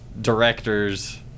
directors